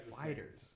fighters